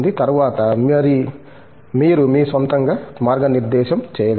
తరువాత మీరు మీ స్వంతంగా మార్గనిర్దేశం చేయగలరు